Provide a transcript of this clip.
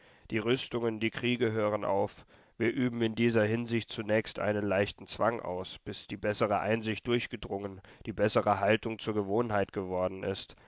die rüstungen die kriege hören auf wir üben in dieser hinsicht zunächst einen leichten zwang aus bis die bessere einsicht durchgedrungen die bessere haltung zur gewohnheit geworden ist